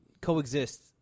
coexist